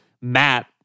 Matt